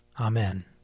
Amen